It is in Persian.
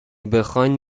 بخواین